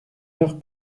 heure